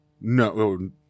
No